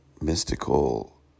mystical